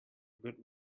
good